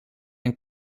een